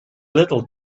little